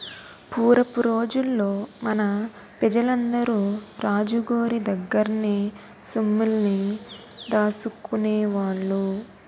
పూరపు రోజుల్లో మన పెజలందరూ రాజు గోరి దగ్గర్నే సొమ్ముల్ని దాసుకునేవాళ్ళు